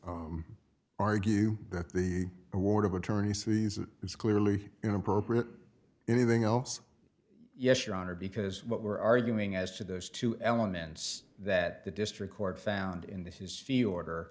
to argue that the award of attorney's fees is clearly inappropriate anything else yes your honor because what we're arguing as to those two elements that the district court found in this is fear order